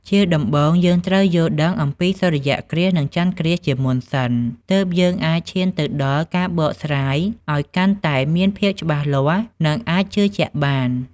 ជាដំបូងយើងត្រូវយល់ដឹងអំពីសូរ្យគ្រាស នឹងចន្ទគ្រាសជាមុនសិន ទើបយើងអាចឈានទៅដល់ការបកស្រាយអោយកាន់តែមានភាពច្បាស់លាស់ នឹងអាចជឿជាក់បាន ។